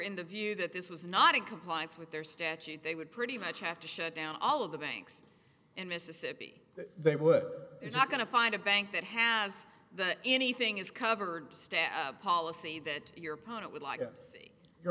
in the view that this was not of compliance with their statute they would pretty much have to shut down all of the banks in mississippi that they would it's not going to find a bank that has that anything is covered stab policy that your opponent would like to